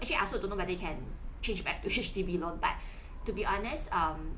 actually I also don't know whether can change back to H_D_B loan but to be honest um